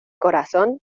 corazón